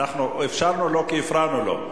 אפשרנו לו כי הפרענו לו.